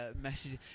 message